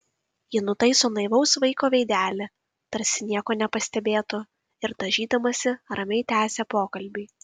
ji nutaiso naivaus vaiko veidelį tarsi nieko nepastebėtų ir dažydamasi ramiai tęsia pokalbį